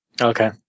Okay